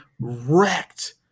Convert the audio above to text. wrecked